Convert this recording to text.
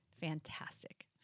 Fantastic